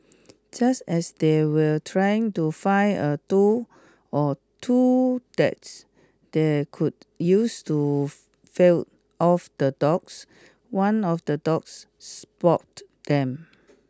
just as they were trying to find a tool or two that's they could use to failed off the dogs one of the dogs spot them